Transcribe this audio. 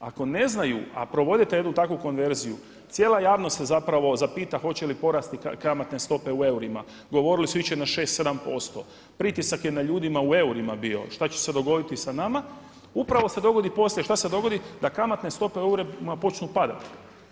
Ako ne znaju a provode jednu takvu konverziju cijela javnost se zapita hoće li porasti kamatne stope u eurima, govorili su ići će na 6, 7%, pritisak je na ljudima u eurima bio šta će se dogoditi sa nama, upravo se dogodi poslije, a šta se dogodi, da kamatne stope u eurima počnu padati.